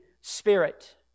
Spirit